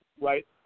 right